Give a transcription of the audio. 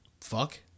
Fuck